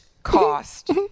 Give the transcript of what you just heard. Cost